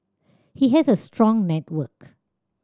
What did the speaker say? he has a strong network